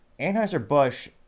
Anheuser-Busch